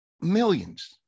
millions